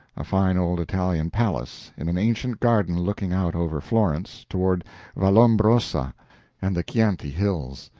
a fine old italian palace, in an ancient garden looking out over florence toward vallombrosa and the chianti hills.